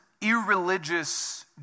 irreligious